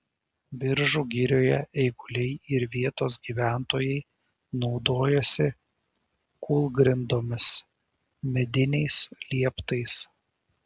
biržų girioje eiguliai ir vietos gyventojai naudojosi kūlgrindomis mediniais lieptais